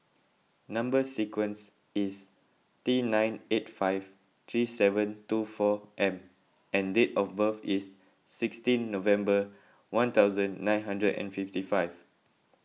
Number Sequence is T nine eight five three seven two four M and date of birth is sixteen November one thousand nine hundred and fifty five